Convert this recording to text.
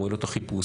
כמו עילות החיפוש,